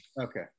okay